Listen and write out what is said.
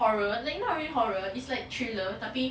horror like not really horror it's like thriller tapi